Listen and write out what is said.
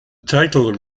title